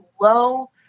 low